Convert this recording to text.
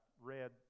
read